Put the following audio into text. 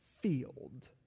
field